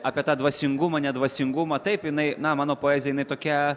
apie tą dvasingumą ne dvasingumą taip jinai na mano poezijoje jinai tokia